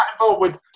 involved